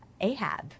Ahab